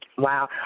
Wow